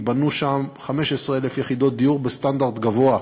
ייבנו שם 15,000 יחידות דיור בסטנדרט גבוה,